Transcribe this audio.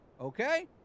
okay